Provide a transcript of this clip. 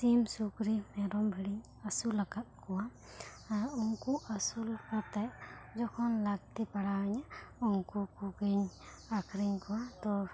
ᱥᱤᱢ ᱥᱩᱠᱩᱨᱤ ᱢᱮᱨᱚᱢ ᱰᱷᱤᱰᱤ ᱤᱧ ᱟᱹᱥᱩᱞᱟᱜ ᱠᱚᱣᱟ ᱩᱱᱠᱩ ᱟᱹᱥᱩᱞ ᱠᱟᱛᱮ ᱡᱚᱠᱷᱚᱱ ᱞᱟᱹᱠᱛᱤ ᱯᱟᱲᱟᱣ ᱟᱹᱧᱟᱹ ᱩᱱᱠᱩ ᱠᱚᱜᱮᱧ ᱟᱠᱷᱟᱨᱤᱧ ᱠᱚᱣᱟ ᱠᱟᱹᱣᱰᱤ ᱧᱟᱢ ᱞᱟᱹᱜᱤᱫ ᱛᱮ ᱩᱱᱠᱩ ᱜᱮ ᱚᱱᱟᱛᱮ ᱟᱹᱰᱤ ᱵᱷᱟᱜᱮ ᱞᱮᱠᱟ ᱜᱮ ᱡᱚᱛᱚᱱ ᱡᱚᱜᱟᱣ ᱠᱚᱣᱟ ᱥᱚᱢᱚᱭ ᱨᱮ ᱡᱚᱢ ᱤᱧ ᱮᱢᱟ ᱠᱚᱣᱟ ᱥᱚᱢᱚᱭ ᱨᱮ ᱫᱟᱜ ᱤᱧ ᱮᱢᱟ ᱠᱚᱣᱟ ᱚᱱᱠᱟ ᱜᱮ ᱥᱚᱵᱽ ᱥᱚᱢᱚᱭ ᱩᱱᱠᱩ ᱜᱤᱧ ᱠᱷᱮᱭᱟᱞ ᱠᱚᱣᱟ ᱵᱷᱟᱜᱮ ᱪᱮᱦᱨᱟ ᱜᱤᱧ ᱵᱮᱵᱚᱦᱟᱨ ᱠᱚᱣᱟ